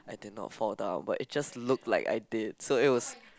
I did not fall down but it just look like I did so it was